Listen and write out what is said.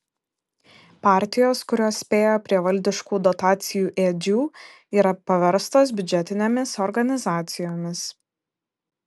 partijos kurios spėjo prie valdiškų dotacijų ėdžių yra paverstos biudžetinėmis organizacijomis